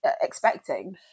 expecting